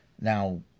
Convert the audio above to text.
Now